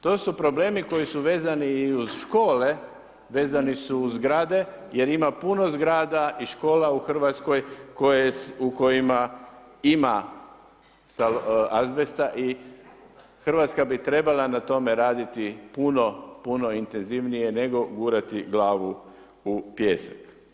To su problemi koji su vezani i uz škole, vezani su uz zgrade jer ima puno zgrada i škola u Hrvatskoj u kojima ima azbesta i Hrvatska bi trebala na tome raditi puno, puno intenzivnije nego gurati glavu u pijesak.